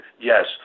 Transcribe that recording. Yes